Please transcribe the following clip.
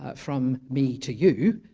ah from me to you,